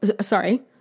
sorry